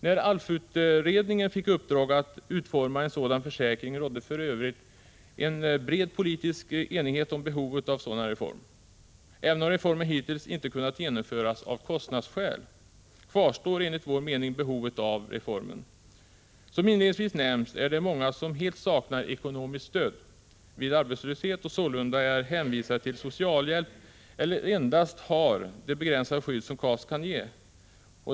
När ALF-utredningen fick i uppdrag att utforma en sådan försäkring rådde för övrigt en bred politisk enighet om behovet av en sådan reform. Även om reformen hittills inte kunnat genomföras av kostnadsskäl, kvarstår enligt vår mening behovet av reformen. Som inledningsvis nämnts är det många som helt saknar ekonomiskt stöd vid arbetslöshet och sålunda är hänvisade till socialhjälp eller endast har det begränsade skydd som KAS kan ge.